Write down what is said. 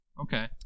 Okay